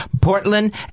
Portland